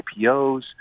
IPOs